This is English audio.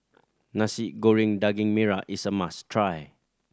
Nasi Goreng Daging Merah is a must try